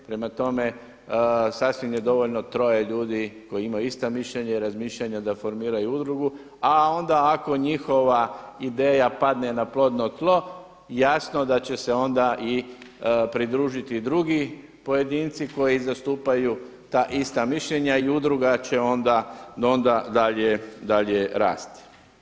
Prema tome, sasvim je dovoljno troje ljudi koji imaju ista mišljenja i razmišljanja da formiraju udrugu, a onda ako njihova ideja padne na plodno tlo, jasno da će se onda pridružiti i drugi pojedinci koji zastupaju ta ista mišljenja i udruga će onda dalje rasti.